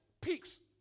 peaks